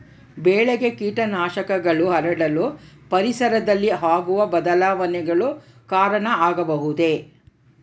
ಬೆಳೆಗೆ ಕೇಟನಾಶಕಗಳು ಹರಡಲು ಪರಿಸರದಲ್ಲಿ ಆಗುವ ಬದಲಾವಣೆಗಳು ಕಾರಣ ಆಗಬಹುದೇ?